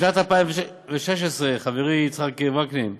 בשנת 2016, חברי יצחק וקנין,